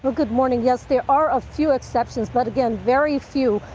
but good morning. yes, there are a few exceptions but again very few.